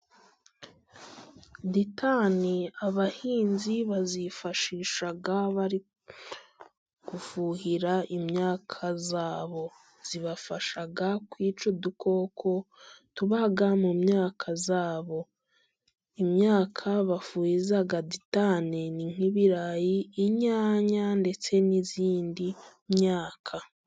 Ditani abahinzi bazifashisha bari gufuhira imyaka yabo, zibafasha kwica udukoko tuba mu myaka yabo, imyaka bafuhiza ditane ni nk'ibirayi, inyanya, ndetse n'iyindi myaka.